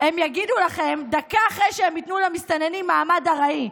הם יגידו לכם דקה אחרי שהם ייתנו למסתננים מעמד ארעי.